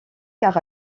car